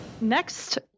Next